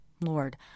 Lord